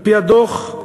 על-פי הדוח,